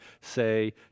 say